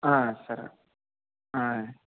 సరే అండి